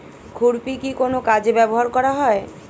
খুরপি কি কোন কাজে ব্যবহার করা হয়?